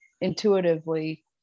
intuitively